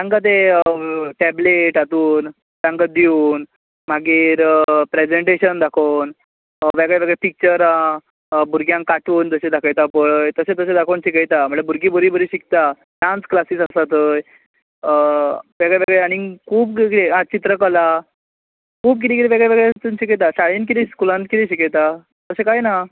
तांकां ते टॅबलेट हातून तांकां दिवून मागीर प्रॅजेन्टेशन दाखोवन वेगळे वेगळे पिच्चरां भुरग्यांक कार्टून जशे दाखयतात पळय तशें तशें दाखोवन शिकयता म्हणल्यार भुरगीं बरीं बरीं शिकता डान्स क्लासी आसता थंय वेगळे वेगळे आनीक खूब वेगळी आं चित्र कला खूब कितें वेगळे वेगळे शिकयता शाळेंत तीं स्कुलान कितें शिकयता अशें काय ना